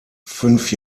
fünf